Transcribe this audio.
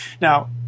Now